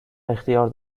اختیار